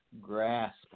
grasp